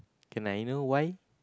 can I know why